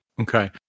Okay